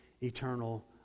eternal